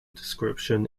description